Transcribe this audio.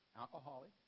alcoholic